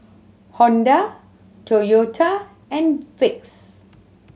Honda Toyota and Vicks